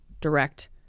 direct